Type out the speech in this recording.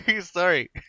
Sorry